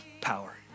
power